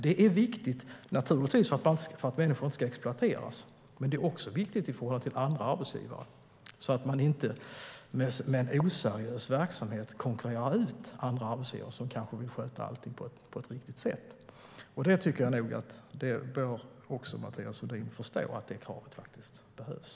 Det är viktigt för att människor inte ska exploateras men också i förhållande till andra arbetsgivare så att en oseriös verksamhet inte kan konkurrera ut de arbetsgivare som vill sköta allt rätt. Mathias Sundin måste förstå att det kravet behövs.